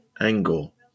angle